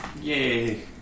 Yay